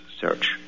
search